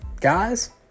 guys